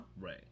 Right